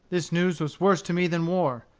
this news was worse to me than war,